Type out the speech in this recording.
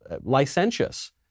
licentious